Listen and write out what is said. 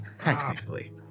Technically